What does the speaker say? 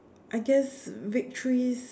I guess victories